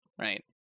right